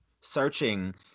searching